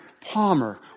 Palmer